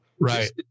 Right